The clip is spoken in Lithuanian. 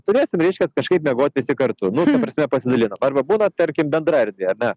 turėsim reiškias kažkaip miegot visi kartu nu ta prasme pasidalinam arba būna tarkim bendra erdvė ar ne